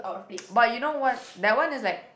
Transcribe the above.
but you know what that one is like